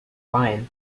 ryan